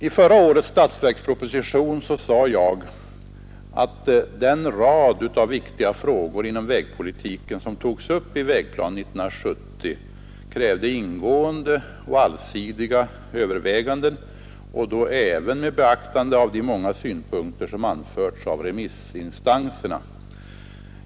I förra årets statsverksproposition sade jag att den rad av viktiga frågor inom vägpolitiken som togs upp i Vägplan 1970 krävde ingående och allsidiga överväganden, även med beaktande av de många synpunkter som anförts av remissinstanserna.